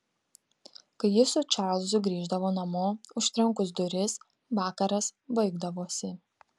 kai ji su čarlzu grįždavo namo užtrenkus duris vakaras baigdavosi